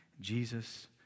Jesus